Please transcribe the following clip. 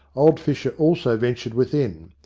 old fisher also ventured within.